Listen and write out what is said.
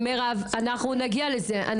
נגיע לזה.